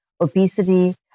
obesity